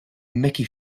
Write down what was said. mickey